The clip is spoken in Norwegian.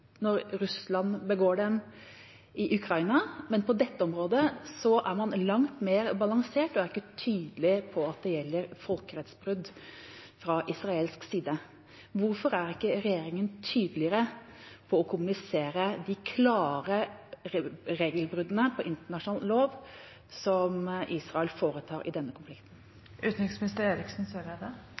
når Russland begår dem i Ukraina, men på dette området er man langt mer balansert og er ikke tydelig på at det gjelder folkerettsbrudd fra israelsk side. Hvorfor er ikke regjeringa tydeligere på å kommunisere de klare regelbruddene på internasjonal lov som Israel foretar i denne